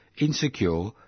insecure